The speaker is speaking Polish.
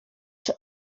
czy